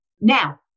Now